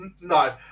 No